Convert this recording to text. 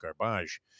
garbage